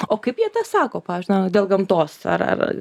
o kaip jie tą sako pavyzdžiui na dėl gamtos ar ar